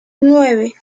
nueve